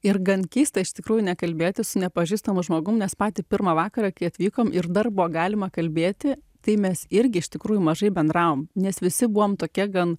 ir gan keista iš tikrųjų nekalbėti su nepažįstamu žmogum nes patį pirmą vakarą kai atvykom ir dar buvo galima kalbėti tai mes irgi iš tikrųjų mažai bendravom nes visi buvome tokie gan